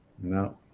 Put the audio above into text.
No